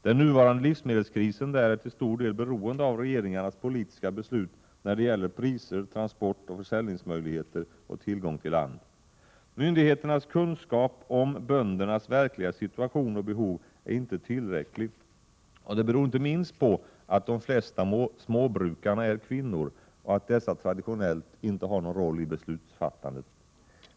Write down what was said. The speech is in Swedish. Den nuvarande livsmedelskrisen där är till stor del beroende av regeringarnas politiska beslut när det gäller priser, transportoch försäljningsmöjligheter och tillgång till land. Myndigheternas kunskap om böndernas verkliga situation och behov är inte tillräcklig, och det beror inte minst på att de flesta småbrukarna är kvinnor och att dessa traditionellt inte har någon roll i beslutsfattandet.